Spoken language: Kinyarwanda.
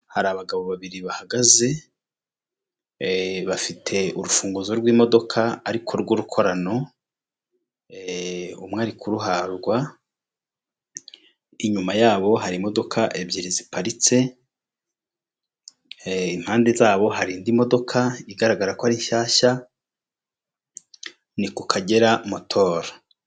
Hari abagabo babiri bahagaze, bafite urufunguzo rw'imodoka ariko rw'urukorano. Umwe ari kuruharwa, inyuma yabo hari imodoka ebyiri ziparitse, impande zabo hari indi modoka igaragara ko ari shyashya, ni ku kagera motoro.